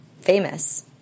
famous